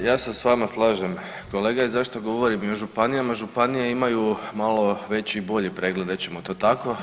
Pa ja se s vama slažem kolega i zašto govorim i o županijama, županije imaju malo veći i bolji pregled reći ćemo to tako.